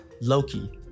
Loki